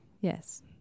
Yes